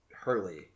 Hurley